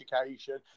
education